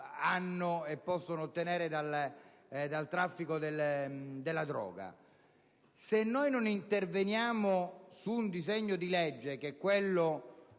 che possono ottenere dal traffico della droga. Se noi non interveniamo sul disegno di legge che prevede